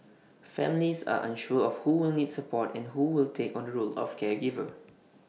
families are unsure of who will need support and who will take on the role of caregiver